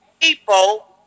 people